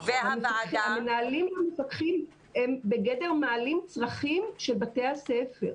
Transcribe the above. המנהלים המפקחים הם בגדר מעלים צרכים של בתי הספר.